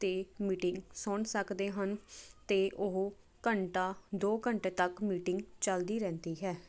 ਅਤੇ ਮੀਟਿੰਗ ਸੁਣ ਸਕਦੇ ਹਨ ਅਤੇ ਉਹ ਘੰਟਾ ਦੋ ਘੰਟੇ ਤੱਕ ਮੀਟਿੰਗ ਚਲਦੀ ਰਹਿੰਦੀ ਹੈ